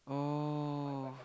oh